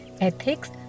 ethics